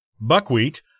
buckwheat